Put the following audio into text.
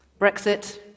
Brexit